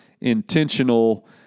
Intentional